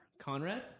Conrad